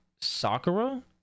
sakura